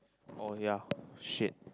oh ya shit